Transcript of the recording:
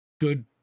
good